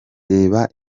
reba